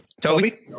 Toby